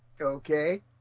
okay